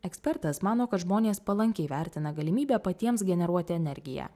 ekspertas mano kad žmonės palankiai vertina galimybę patiems generuoti energiją